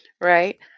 right